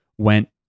went